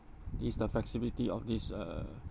this the flexibility of this uh